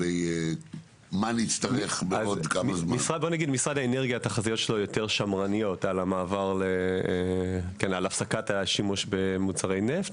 התחזיות של משרד האנרגיה יותר שמרניות לגבי הפסקת השימוש במוצרי נפט.